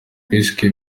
wiswe